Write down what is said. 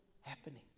happening